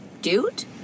Dude